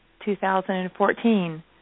2014